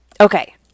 Okay